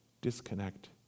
disconnect